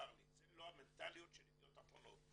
צר לי זו לא המנטליות של ידיעות אחרונות.